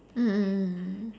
mm mm mm mm